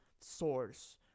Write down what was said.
source